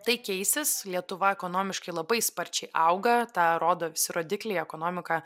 tai keisis lietuva ekonomiškai labai sparčiai auga tą rodo visi rodikliai ekonomika